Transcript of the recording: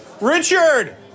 Richard